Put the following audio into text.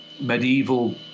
medieval